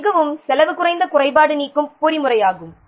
இது மிகவும் செலவு குறைந்த குறைபாடு நீக்கும் பொறிமுறையாகும்